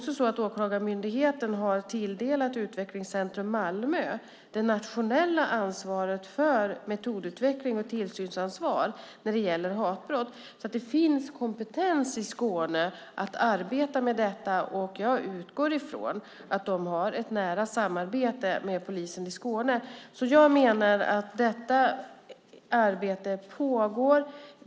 Åklagarmyndigheten har också tilldelat Utvecklingscentrum Malmö det nationella ansvaret för metodutveckling och tillsyn när det gäller hatbrott. Det finns kompetens i Skåne att arbeta med detta. Jag utgår ifrån att de har ett nära samarbete med polisen i Skåne. Jag menar att detta arbete pågår.